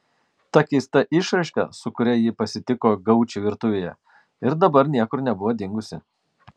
ta keista išraiška su kuria ji pasitiko gaučį virtuvėje ir dabar niekur nebuvo dingusi